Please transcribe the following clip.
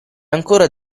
ancora